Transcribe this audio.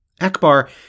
Akbar